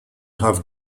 have